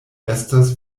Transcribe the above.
estas